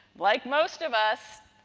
like most of us,